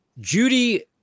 Judy